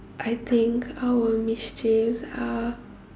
I think our mischiefs are